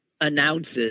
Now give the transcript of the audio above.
announces